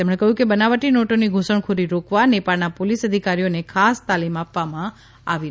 તેમણે કહ્યું કે બનાવટી નોટોની ધુસણખોરી રોકવા નેપાળના પોલીસ અધિકારીઓને ખાસ તાલીમ પણ આપવામાં આવી છે